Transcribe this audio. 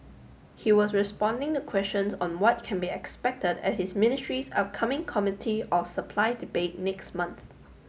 he was responding the questions on what can be expected at his ministry's upcoming Committee of Supply debate next month